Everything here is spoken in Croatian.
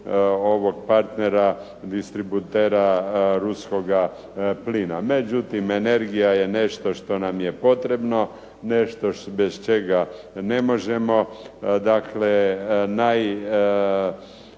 ovog partnera, distributera ruskoga plina. Međutim, energija je nešto što nam je potrebno, nešto bez čega ne možemo. Dakle, najskuplja